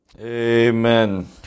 Amen